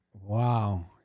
Wow